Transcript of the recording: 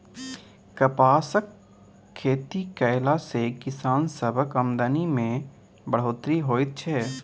कपासक खेती कएला से किसान सबक आमदनी में बढ़ोत्तरी होएत छै